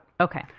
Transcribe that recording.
Okay